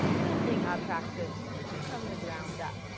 building our practice from the ground up.